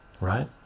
right